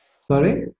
Sorry